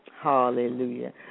Hallelujah